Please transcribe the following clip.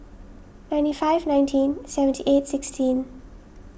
ninety five nineteen seventy eight sixteen